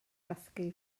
dysgu